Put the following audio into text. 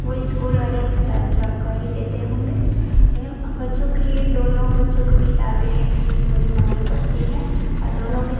वो इस्कूल वाले कुछ चार्ज ड्रॉप कर ही देते होंगे बच्चों कि दोनों बच्चों कि किताबें मुझे मंहगे पड़ती हैं औ दोनों कि